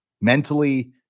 mentally